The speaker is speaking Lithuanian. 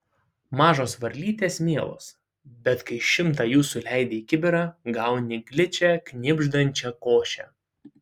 mažos varlytės mielos bet kai šimtą jų suleidi į kibirą gauni gličią knibždančią košę